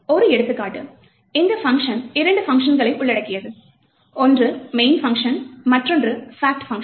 ஒரு எடுத்துக்காட்டு இந்த பங்ஷன் இரண்டு பங்ஷன்களை உள்ளடக்கியது ஒன்று main பங்ஷன் மற்றொன்று fact பங்ஷன்